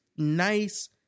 nice